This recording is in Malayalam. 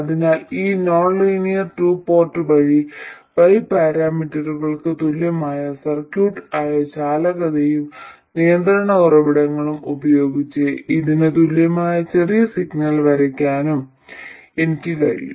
അതിനാൽ ഈ നോൺലീനിയർ ടു പോർട്ട് വഴി y പാരാമീറ്ററുകൾക്ക് തുല്യമായ സർക്യൂട്ട് ആയ ചാലകവും നിയന്ത്രണ ഉറവിടങ്ങളും ഉപയോഗിച്ച് ഇതിന് തുല്യമായ ചെറിയ സിഗ്നൽ വരയ്ക്കാനും എനിക്ക് കഴിയും